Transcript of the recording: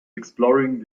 exploring